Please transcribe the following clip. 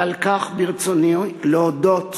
ועל כך ברצוני להודות